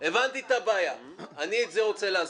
עכשיו אני רוצה להגיב.